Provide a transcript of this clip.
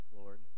Lord